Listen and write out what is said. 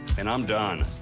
and i'm done.